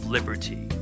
Liberty